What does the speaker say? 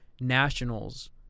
nationals